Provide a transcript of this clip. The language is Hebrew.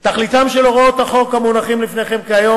תכליתן של הוראות החוק המונחות לפניכם כיום